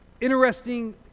interesting